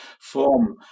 form